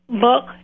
Book